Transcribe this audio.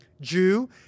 Jew